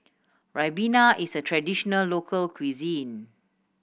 Ribena is a traditional local cuisine